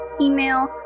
email